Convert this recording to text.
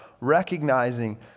recognizing